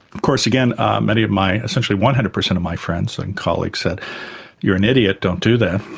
of course again many of my. essentially one hundred per cent of my friends and colleagues said you're an idiot, don't do that,